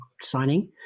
signing